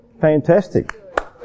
fantastic